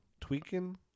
Tweaking